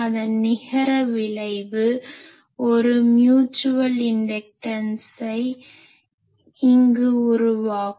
அதன் நிகர விளைவு ஒரு மியூட்சுவல் இன்டக்டன்ஸை mutual inductance பரஸ்பர மின்தூண்டல் இங்கு உருவாக்கும்